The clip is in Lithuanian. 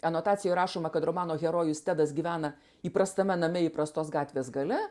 anotacijoj rašoma kad romano herojus tedas gyvena įprastame name įprastos gatvės gale